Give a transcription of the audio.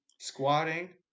squatting